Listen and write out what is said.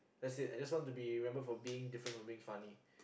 that's it I just want to be remembered for being different for being funny